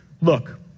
Look